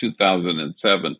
2007